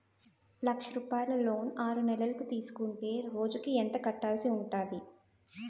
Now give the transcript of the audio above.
లక్ష రూపాయలు లోన్ ఆరునెలల కు తీసుకుంటే రోజుకి ఎంత కట్టాల్సి ఉంటాది?